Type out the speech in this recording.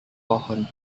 pohon